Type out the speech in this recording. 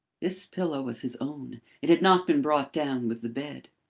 this pillow was his own it had not been brought down with the bed.